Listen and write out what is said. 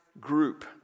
group